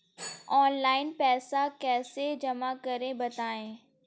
Online पैसा कैसे जमा करें बताएँ?